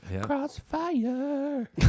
Crossfire